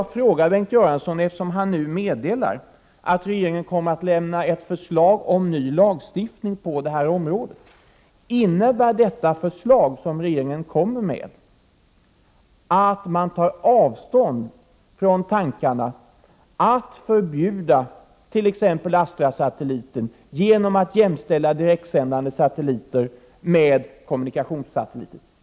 Eftersom Bengt Göransson nu meddelar att regeringen kommer att lägga fram ett förslag om ny lagstiftning på detta område vill jag fråga Bengt Göransson: Innebär detta förslag att man tar avstånd från tankarna att förbjuda t.ex. Astrasatelliten genom att jämställa direktsändande satelliter med kommunikationssatelliter?